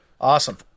Awesome